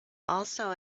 also